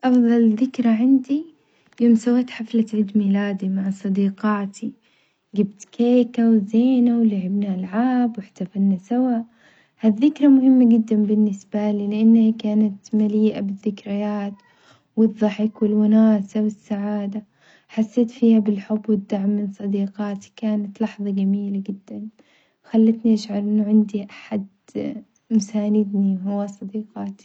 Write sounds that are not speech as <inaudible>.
أفظل ذكرى عندي يوم سويت حفلة عيد ميلادي مع صديقاتي، جيبت كيكة وزينة ولعبنا ألعاب واحتفلنا سوا، هالذكرى مهمة جدًا بالنسبة لي لأنها كانت مليئة بالذكريات والظحك والوناسة والسعادة، حسيت فيها بالحب والدعم من صديقاتي كانت لحظة جميلة جدًا، خلتني أشعر أنه عندي أحد <hesitation> مساندني وهو صديقاتي.